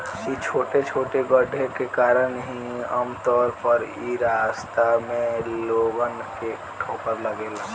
इ छोटे छोटे गड्ढे के कारण ही आमतौर पर इ रास्ता में लोगन के ठोकर लागेला